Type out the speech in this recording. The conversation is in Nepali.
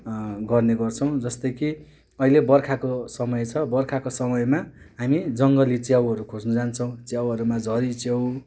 गर्नेगर्छौँ जस्तै कि अहिले बर्खाको समय छ बर्खाको समयमा हामी जङ्गली च्याउहरू खोज्नु जान्छौँ च्याउहरूमा झरी च्याउ